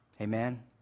Amen